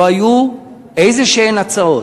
לא היו איזה הצעות,